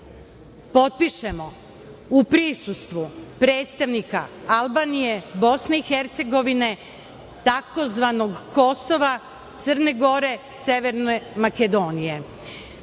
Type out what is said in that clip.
potpišemo u prisustvu predstavnika Albanije, Bosne i Hercegovine, tzv. Kosova, Crne Gore, Severne Makedonije?